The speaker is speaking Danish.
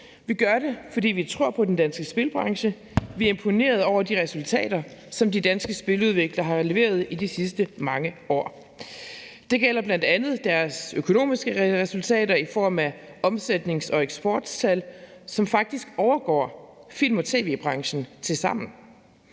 Vi gør det, fordi vi tror på den danske spilbranche. Vi er imponeret over de resultater, som de danske spiludviklere har leveret i de sidste mange år. Det gælder bl.a. deres økonomiske resultater i form af omsætning og eksporttal, som faktisk overgår film- og tv-branchens tilsammen.